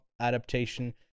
adaptation